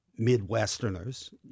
Midwesterners